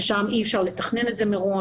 ששם אי אפשר לתכנן את זה מראש,